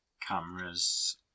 cameras